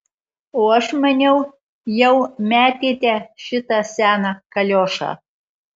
o aš maniau jau metėte šitą seną kaliošą